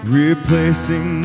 replacing